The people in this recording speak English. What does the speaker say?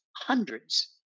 hundreds